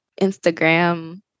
Instagram